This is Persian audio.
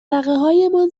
دغدغههایمان